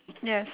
yes